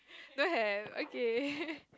don't have okay